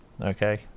Okay